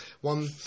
one